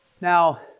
Now